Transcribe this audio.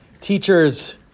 Teachers